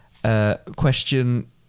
question